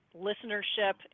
listenership